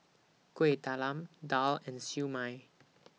Kueh Talam Daal and Siew Mai